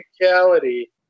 technicality